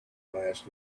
last